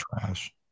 trash